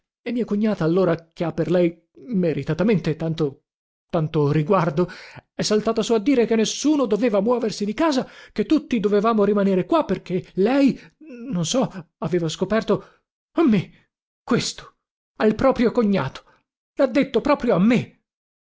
e mia cognata allora che ha per lei meritatamente tanto tanto riguardo è saltata sù a dire che nessuno doveva muoversi di casa che tutti dovevamo rimanere qua perché lei non so aveva scoperto a me questo al proprio cognato lha detto proprio a me